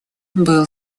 был